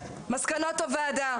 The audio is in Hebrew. מסקנות הוועדה,